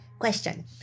Question